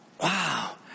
wow